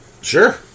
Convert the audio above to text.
Sure